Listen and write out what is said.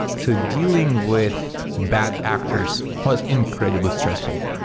so dealing with bad actors was incredibly stressful,